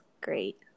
great